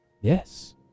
Yes